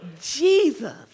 Jesus